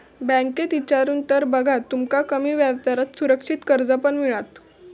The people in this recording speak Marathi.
बँकेत इचारून तर बघा, तुमका कमी व्याजदरात सुरक्षित कर्ज पण मिळात